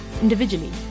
individually